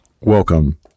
Welcome